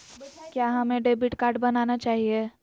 क्या हमें debit card बनाना चाहिए?